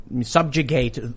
subjugate